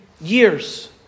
years